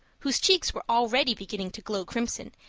whose cheeks were already beginning to glow crimson,